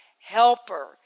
Helper